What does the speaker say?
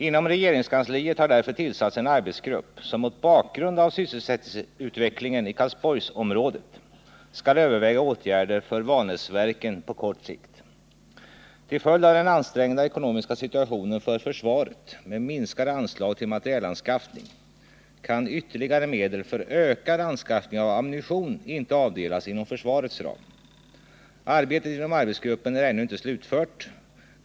Inom regeringskansliet har därför tillsatts en arbetsgrupp som mot bakgrund av sysselsättningsutvecklingen i Karlsborgsområdet skall överväga åtgärder för Vanäsverken på kort sikt. Till följd av den ansträngda ekonomiska situationen för försvaret med minskade anslag till materielanskaffning kan ytterligare medel för ökad anskaffning av ammunition inte avdelas inom försvarets ram. Arbetet inom arbetsgruppen är ännu inte slutfört.